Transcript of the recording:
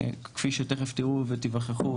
כפי שתכף תראו ותיווכחו,